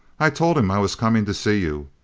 i told him i was coming to see you,